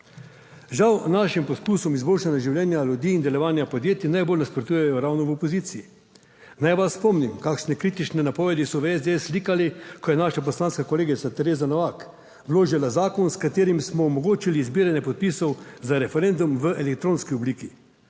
Žal našim poskusom izboljšanja življenja ljudi in delovanja podjetij najbolj nasprotujejo ravno v opoziciji. Naj vas spomnim kakšne kritične napovedi so v SDS slikali, ko je naša poslanska kolegica Tereza Novak vložila zakon, s katerim smo omogočili zbiranje podpisov za referendum v elektronski obliki.